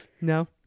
No